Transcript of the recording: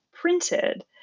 printed